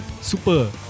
Super